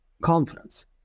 confidence